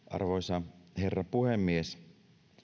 arvoisa herra puhemies